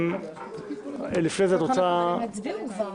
ההסתייגויות